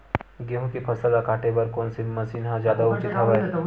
गेहूं के फसल ल काटे बर कोन से मशीन ह जादा उचित हवय?